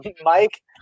Mike